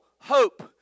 hope